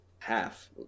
half